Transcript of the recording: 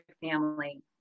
family